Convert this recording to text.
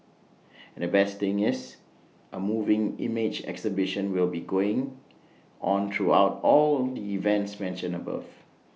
and the best thing is A moving image exhibition will be going on throughout all the events mentioned above